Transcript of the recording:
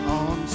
on